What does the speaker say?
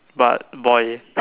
but boy